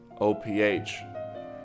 OPH